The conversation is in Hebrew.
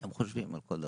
הם חושבים על כל דבר.